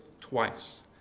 twice